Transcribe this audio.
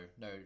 no